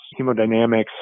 hemodynamics